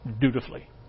dutifully